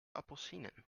appelsienen